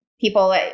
People